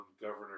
Governor